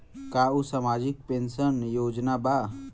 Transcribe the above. का उ सामाजिक पेंशन योजना बा?